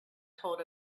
told